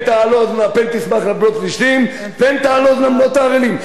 תשמחנה בנות פלשתים פן תעלזנה בנות הערלים".